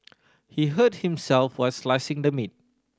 he hurt himself while slicing the meat